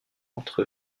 entre